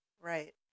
Right